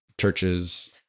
Churches